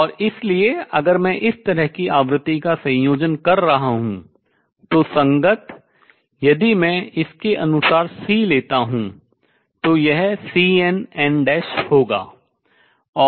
और इसलिए अगर मैं इस तरह की आवृत्ति का संयोजन कर रहा हूँ तो संगत यदि मैं इसके अनुसार C लेता हूँ तो यह Cnn होगा